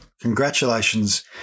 congratulations